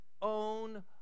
own